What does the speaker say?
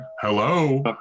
Hello